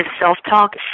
self-talk